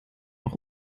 auch